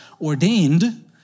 ordained